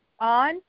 On